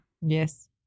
yes